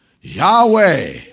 Yahweh